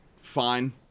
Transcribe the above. fine